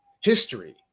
History